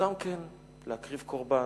גם להקריב קורבן,